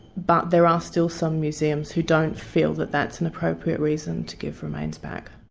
but there are still some museums who don't feel that that's an appropriate reason to give remains back.